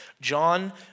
John